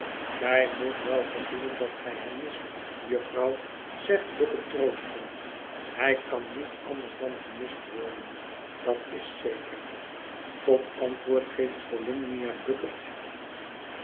gij moet wel gevoelen dat gij hem mist jufvrouw zegt bucket troostend hij kan niet anders dan gemist worden dat is zeker tot antwoord geeft volumnia bucket